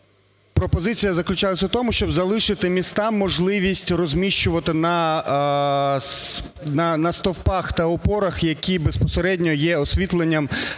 пропозиція заключалась у тому, щоб залишити містам можливість розміщувати на стовпах та опорах, які безпосередньо є освітленням,